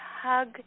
hug